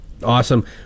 Awesome